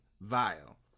Vile